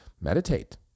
meditate